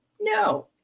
No